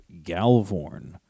Galvorn